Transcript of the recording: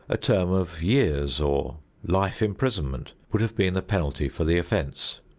a term of years, or life imprisonment would have been the penalty for the offense.